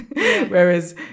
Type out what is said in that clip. Whereas